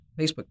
Facebook